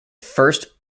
first